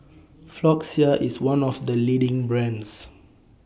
Floxia IS one of The leading brands